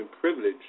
privileged